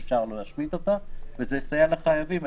זה יסייע לחייבים.